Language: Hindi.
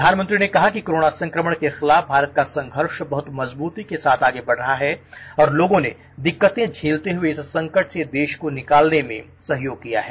प्रधानमंत्री ने कहा कि कोरोना संक्रमण के खिलाफ भारत का संघर्ष बहत मजबूती के साथ आगे बढ़ रहा है और लोगों ने दिक्कतें झेलते हुए इस संकट से देश को निकालने में सहयोग किया है